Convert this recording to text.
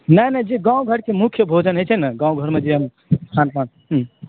नहि नहि गाँव घरकेँ मुख्य भोजन हो छै ने गाँव घरमजे खान पान